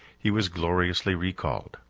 he was gloriously recalled.